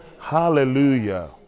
Hallelujah